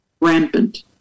rampant